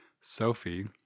Sophie